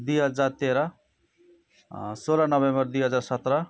दुई हजार तेह्र सोह्र नोभेम्बर दुई हजार सत्र